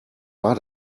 war